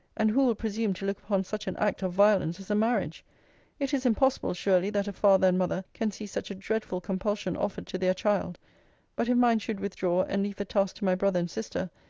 and who will presume to look upon such an act of violence as a marriage it is impossible, surely, that a father and mother can see such a dreadful compulsion offered to their child but if mine should withdraw, and leave the task to my brother and sister,